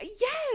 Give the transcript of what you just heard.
Yes